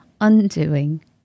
undoing